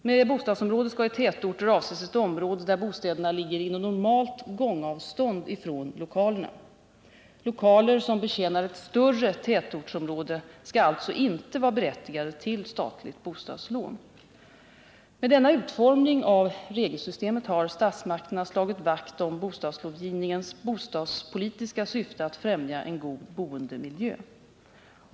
Med bostadsområde skall i tätorter avses ett område, där bostäderna ligger inom normalt gångavstånd från lokalerna. Lokaler som betjänar ett större tätortsområde skall alltså inte vara berättigade till statligt bostadslån. Med denna utformning av regelsystemet har statsmakterna slagit vakt om bostadslångivningens bostadspolitiska syfte att främja en god boendemiljö.